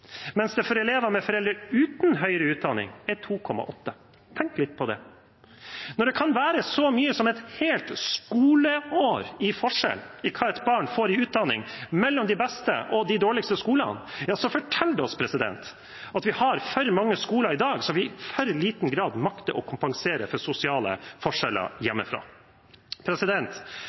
mens det for elever med foreldre uten høyere utdanning er 2,8. Tenk litt på det. Når det kan være så mye som et helt skoleår i forskjell på hva et barn får av utdanning, mellom de beste og de dårligste skolene, forteller det oss at vi har for mange skoler i dag som i for liten grad makter å kompensere for sosiale forskjeller hjemmefra.